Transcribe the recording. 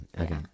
okay